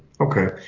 Okay